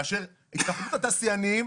כאשר התאחדות התעשיינים,